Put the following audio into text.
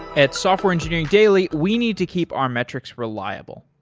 at software engineering daily, we need to keep our metrics reliable.